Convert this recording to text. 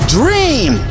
dream